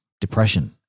depression